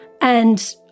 And-